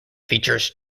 features